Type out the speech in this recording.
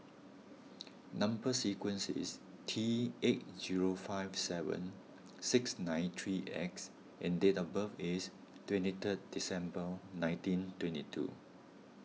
Number Sequence is T eight zero five seven six nine three X and date of birth is twenty third December nineteen twenty two